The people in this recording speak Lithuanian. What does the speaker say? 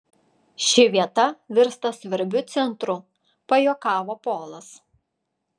ši vieta virsta svarbiu centru pajuokavo polas